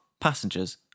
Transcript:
passengers